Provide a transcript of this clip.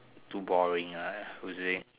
too boring ah usually